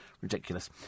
Ridiculous